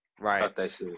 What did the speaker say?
right